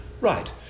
Right